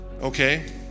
Okay